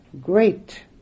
great